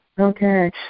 Okay